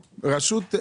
שקלים.